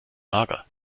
mager